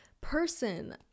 person